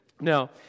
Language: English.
Now